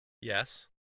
Yes